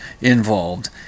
involved